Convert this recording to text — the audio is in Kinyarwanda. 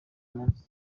munsi